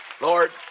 Lord